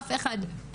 אף אחד.